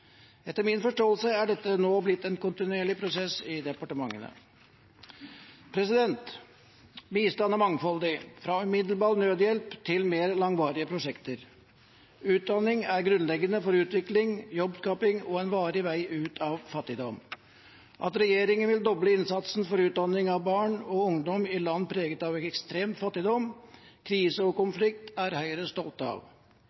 Etter min forståelse er dette nå blitt en kontinuerlig prosess i departementene. Bistand er mangfoldig, fra umiddelbar nødhjelp til mer langvarige prosjekter. Utdanning er grunnleggende for utvikling, jobbskaping og en varig vei ut av fattigdom. At regjeringen vil doble innsatsen for utdanning av barn og ungdom i land preget av ekstrem fattigdom, krise og konflikt, er Høyre stolt av.